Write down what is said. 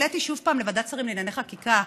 העליתי שוב פעם לוועדת שרים לענייני חקיקה,